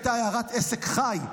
הייתה הערת עסק חי,